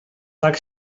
tak